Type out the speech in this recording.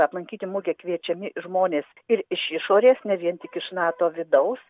aplankyti mugę kviečiami žmonės ir iš išorės ne vien tik iš nato vidaus